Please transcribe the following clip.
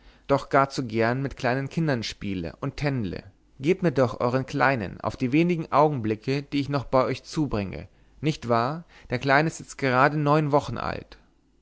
doch gar zu gern mit kleinen kindern spiele und tändle gebt mir doch euern kleinen auf die wenigen augenblicke die ich noch bei euch zubringe nicht wahr der kleine ist jetzt gerade neun wochen alt